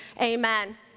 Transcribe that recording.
amen